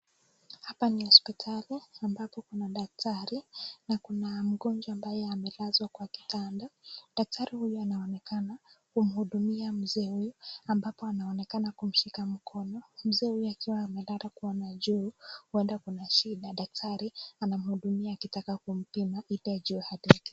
Hapa ni hospitali ambapo kuna daktari na kunamgonjwa ambaye amelazwa kwa kitanda. Daktari huyu anaonekana kumhudumia mzee huyu, ambapo anaonekana kumshika mkono mzee akiwa amelala kuona juu, huenda kuna shida. Daktari anamhudumia akitaka kumpima joto.